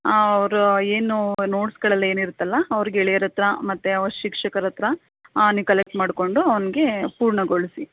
ಹಾಂ ಅವರು ಏನು ನೋಡ್ಸ್ಗಳೆಲ್ಲ ಏನಿರುತ್ತಲ್ಲ ಅವ್ರ ಗೆಳೆಯರ ಹತ್ರ ಮತ್ತೆ ಅವ್ರ ಶಿಕ್ಷಕರ ಹತ್ರ ಹಾಂ ನೀವು ಕಲೆಕ್ಟ್ ಮಾಡಿಕೊಂಡು ಅವನ್ಗೆ ಪೂರ್ಣಗೊಳಿಸಿ